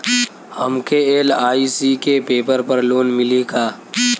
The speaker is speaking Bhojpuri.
हमके एल.आई.सी के पेपर पर लोन मिली का?